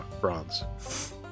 bronze